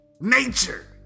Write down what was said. nature